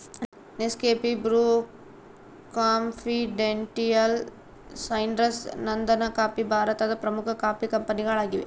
Nescafe, Bru, Continental, Sunrise, ನಂದನಕಾಫಿ ಭಾರತದ ಪ್ರಮುಖ ಕಾಫಿ ಕಂಪನಿಗಳಾಗಿವೆ